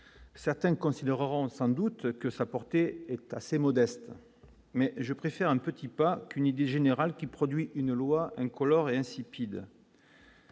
certains considéreront sans doute que sa portée est assez modeste, mais je préfère un petit pas une idée générale qui produit une loi incolore et insipide.